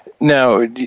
Now